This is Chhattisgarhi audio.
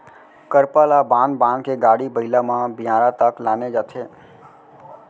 करपा ल बांध बांध के गाड़ी बइला म बियारा तक लाने जाथे